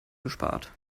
gespart